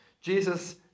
Jesus